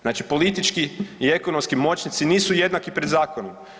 Znači politički i ekonomski moćnici nisu jednaki pred zakonom.